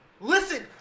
Listen